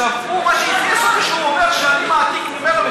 מכעיס אותי שהוא אומר שאני מעתיק ממנו,